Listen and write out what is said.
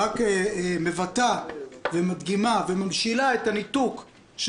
שרק מבטאת ומדגימה וממשילה את הניתוק של